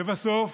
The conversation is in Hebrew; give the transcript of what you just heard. לבסוף